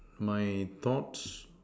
my thoughts